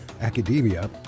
academia